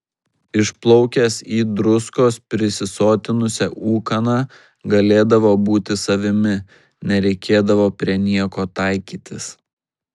išplaukęs į druskos prisisotinusią ūkaną galėdavo būti savimi nereikėdavo prie nieko taikytis